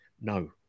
No